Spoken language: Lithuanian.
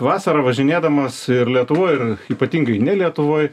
vasarą važinėdamas ir lietuvoj ir ypatingai ne lietuvoj